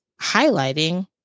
highlighting